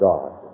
God